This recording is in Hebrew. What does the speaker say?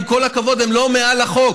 עם כל הכבוד, הם לא מעל החוק.